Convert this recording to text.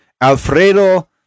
Alfredo